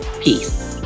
Peace